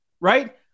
right